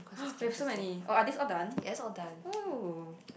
!ha! we have so many or are these all done !oo!